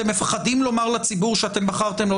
אתם מפחדים לומר לציבור שאתם בחרתם לא